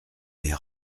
est